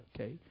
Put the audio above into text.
Okay